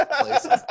places